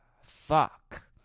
Fuck